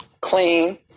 Clean